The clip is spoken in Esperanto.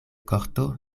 korto